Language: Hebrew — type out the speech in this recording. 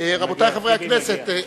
רבותי חברי הכנסת,